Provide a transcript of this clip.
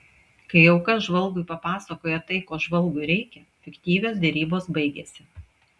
kai auka žvalgui papasakoja tai ko žvalgui reikia fiktyvios derybos baigiasi